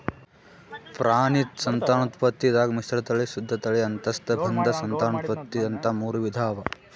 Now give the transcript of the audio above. ಪ್ರಾಣಿ ಸಂತಾನೋತ್ಪತ್ತಿದಾಗ್ ಮಿಶ್ರತಳಿ, ಶುದ್ಧ ತಳಿ, ಅಂತಸ್ಸಂಬಂಧ ಸಂತಾನೋತ್ಪತ್ತಿ ಅಂತಾ ಮೂರ್ ವಿಧಾ ಅವಾ